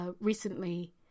recently